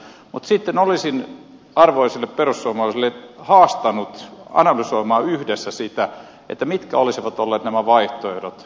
mutta sitten olisin arvoisia perussuomalaisia haastanut analysoimaan yhdessä sitä mitkä olisivat olleet nämä vaihtoehdot